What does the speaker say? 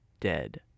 dead